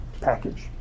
package